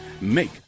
make